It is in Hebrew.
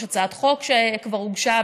יש הצעת חוק שכבר הוגשה,